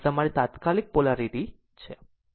અને આ તમારી તાત્કાલિક પોલારીટી છે